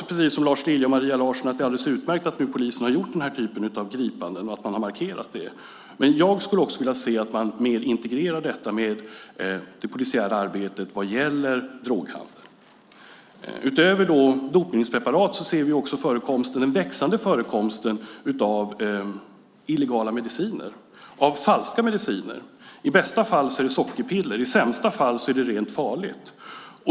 Precis som Lars Lilja och Maria Larsson tycker jag att det är alldeles utmärkt att polisen har gjort denna typ av gripanden och att man har markerat det, men jag skulle också vilja se att man mer integrerar detta i det mer polisiära arbetet vad gäller droghandel. Utöver dopningspreparat ser vi den växande förekomsten av illegala mediciner - falska mediciner. I bästa fall är det sockerpiller, i sämsta fall är det rent farligt.